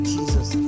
Jesus